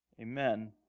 Amen